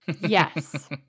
Yes